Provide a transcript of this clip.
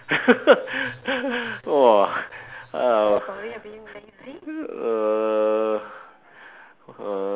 !wah! ugh err uh